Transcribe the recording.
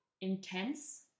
intense